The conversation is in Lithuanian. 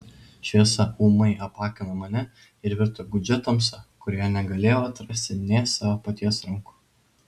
šviesa ūmai apakino mane ir virto gūdžia tamsa kurioje negalėjau atrasti nė savo paties rankų